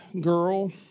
girl